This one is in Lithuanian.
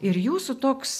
ir jūsų toks